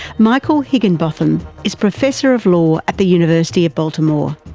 michael higginbotham is professor of law at the university of baltimore.